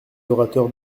orateurs